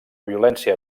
violència